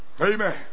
Amen